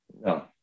No